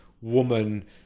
woman